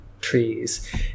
trees